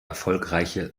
erfolgreiche